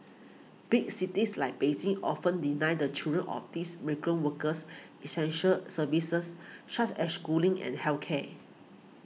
big cities like Beijing often deny the children of these migrant workers essential services such as schooling and health care